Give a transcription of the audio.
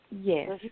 Yes